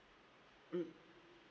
mm